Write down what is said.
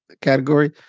category